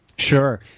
Sure